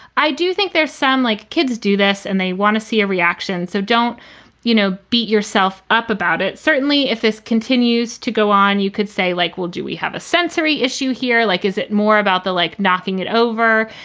i do think there's some like kids do this and they want to see a reaction, so don't you know beat yourself up about it. certainly if this continues to go on, you could say like, well, do we have a sensory issue here? like, is it more about the like knocking it over?